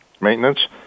maintenance